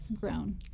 grown